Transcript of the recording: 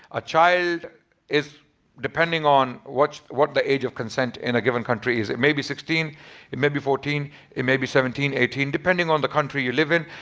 a child is depending on what what the age of consent in a given country is. it may be sixteen it may be fourteen it may be seventeen, eighteen, depending on the country you live in.